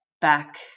back